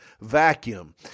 vacuum